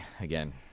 again